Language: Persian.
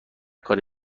کاری